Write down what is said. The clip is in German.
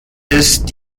ist